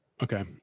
Okay